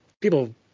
people